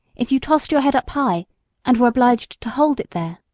if you tossed your head up high and were obliged to hold it there,